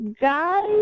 Guys